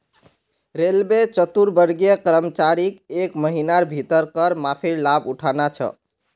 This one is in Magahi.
रेलवे चतुर्थवर्गीय कर्मचारीक एक महिनार भीतर कर माफीर लाभ उठाना छ